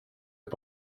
and